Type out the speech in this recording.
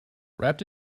wrapped